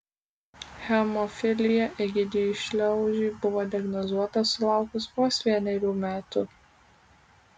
hemofilija egidijui šliaužiui buvo diagnozuota sulaukus vos vienerių metų